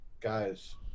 Guys